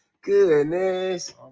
goodness